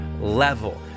level